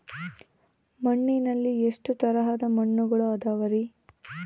ಮಣ್ಣಿನಲ್ಲಿ ಎಷ್ಟು ತರದ ಮಣ್ಣುಗಳ ಅದವರಿ?